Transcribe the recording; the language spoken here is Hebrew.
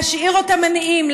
להשאיר אותם עניים,